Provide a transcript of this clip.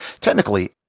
Technically